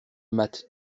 mat